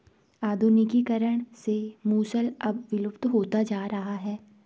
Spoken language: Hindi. आधुनिकीकरण से मूसल अब विलुप्त होता जा रहा है